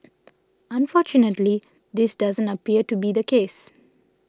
unfortunately this doesn't appear to be the case